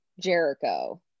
Jericho